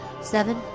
Seven